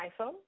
iPhone